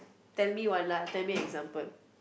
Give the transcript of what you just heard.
tell me one lah tell me example